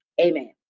Amen